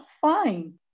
fine